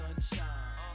sunshine